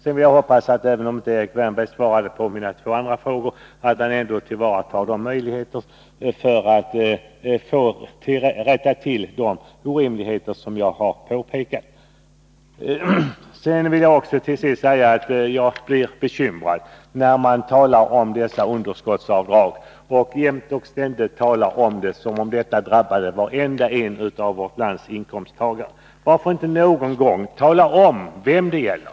Erik Wärnberg svarade inte på mina två andra frågor, men jag hoppas ändå att han tillvaratar möjligheterna att rätta till de orimligheter som jag påpekade. Till sist vill jag säga att jag blir bekymrad när man beträffande underskottsavdragen jämt och ständigt talar om dem som om begränsningarna drabbade varenda en av vårt lands inkomsttagare. Varför inte någon gång tala om vilka det gäller?